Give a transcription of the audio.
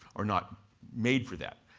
are not made for that.